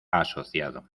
asociado